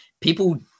People